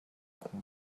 хүн